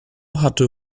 hatte